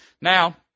Now